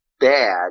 Bad